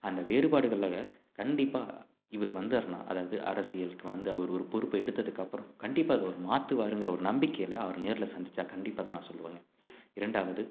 அந்த வேறுபாடுகளை கண்டிப்பாக இவர் வந்தாருன்னா அதாவது அரசியலுக்கு வந்து அவர் ஒரு பொறுப்பை எடுத்ததுக்கப்புறம் கண்டிப்பாக அதை அவர் மாற்றுவாருங்கிற ஒரு நம்பிக்கையில் அவரை நேரில் சந்தித்தா கண்டிப்பாக அதை நான் சொல்வேங்க இரண்டாவது